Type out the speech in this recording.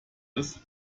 ist